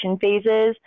phases